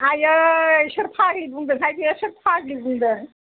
आयै सोर फाग्लि बुंदों हाय बे सोर फाग्लि बुंदों